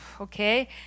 okay